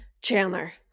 Chandler